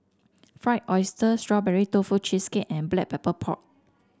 Fried Oyster Strawberry Tofu Cheesecake and Black Pepper Pork